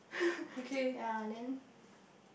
yeah then